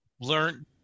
Learn